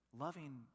loving